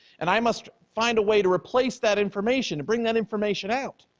and i must find a way to replace that information to bring that information out.